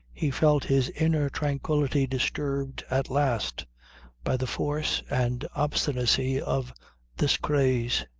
he felt his inner tranquillity disturbed at last by the force and obstinacy of this craze.